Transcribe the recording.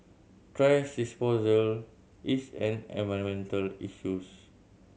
trash disposal is an environmental issues